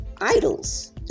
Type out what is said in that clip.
idols